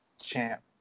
champ